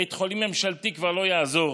בית חולים ממשלתי כבר לא יעזור.